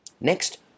Next